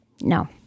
No